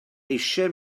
eisiau